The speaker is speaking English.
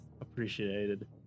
appreciated